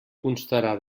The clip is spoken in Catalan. constarà